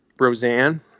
Roseanne